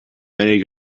many